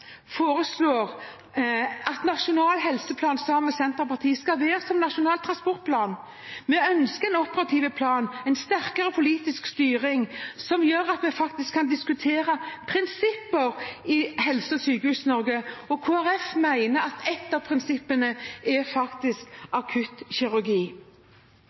sammen med Senterpartiet at nasjonal helseplan skal være som Nasjonal transportplan. Vi ønsker en operativ plan, en sterkere politisk styring, som gjør at vi kan diskutere prinsipper i Helse- og Sykehus-Norge. Kristelig Folkeparti mener at et av prinsippene faktisk er